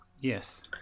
Yes